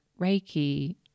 Reiki